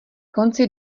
konci